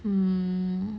mm